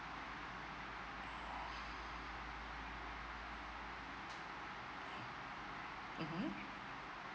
mmhmm